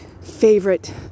favorite